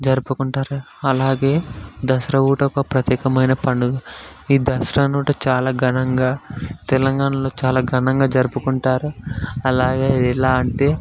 జరుపుకుంటారు అలాగే దసరా కూడా ఒక ప్రత్యేకమైన పండుగ ఈ దసరా కూడా చాలా ఘనంగా తెలంగాణలో చాలా ఘనంగా జరుపుకుంటారు అలాగే ఎలా అంటే